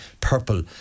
purple